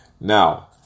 Now